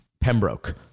Pembroke